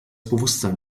bewusstsein